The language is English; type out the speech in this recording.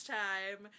time